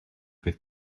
peth